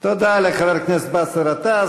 תודה לחבר הכנסת באסל גטאס.